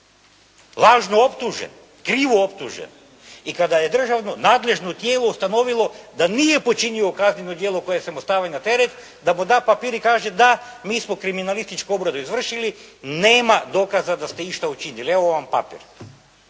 lažno optužen, krivo optužen i kada je državno nadležno tijelo ustanovilo da nije počinio kazneno djelo koje mu se stavlja na teret, da mu da papir i kaže da mi smo kriminalističku obradu izvršili, nema dokaza da ste išta učinili, evo vam papir.